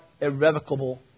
irrevocable